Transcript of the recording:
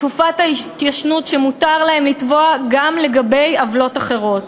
תקופת ההתיישנות שמותר להם לתבוע גם לגבי עוולות אחרות,